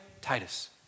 Titus